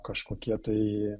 kažkokie tai